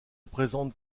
présente